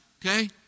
okay